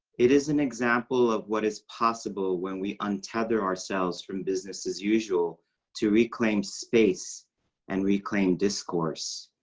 it is an example of what is possible when we untether ourselves from business as usual to reclaim space and reclaim discourse.